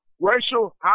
racial